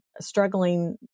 struggling